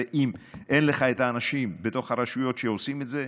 ואם אין לך את האנשים בתוך הרשויות שעושים את זה,